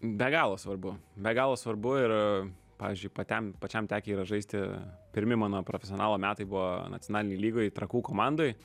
be galo svarbu be galo svarbu ir pavyzdžiui patiam pačiam tekę yra žaisti pirmi mano profesionalo metai buvo nacionalinėj lygoj trakų komandoj